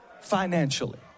financially